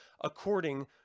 According